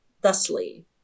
thusly